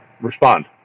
respond